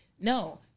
no